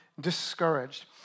discouraged